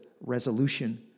resolution